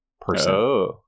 person